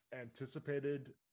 anticipated